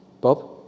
Bob